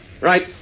Right